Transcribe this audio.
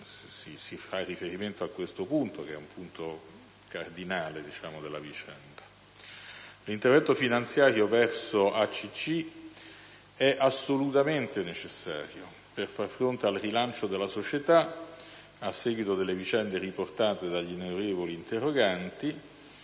si fa riferimento anche a questo che è un punto cardine della vicenda. L'intervento finanziario verso 1'ACC è assolutamente necessario per far fronte al rilancio della società a seguito delle vicende riportate dagli onorevoli interroganti,